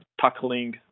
tackling